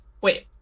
wait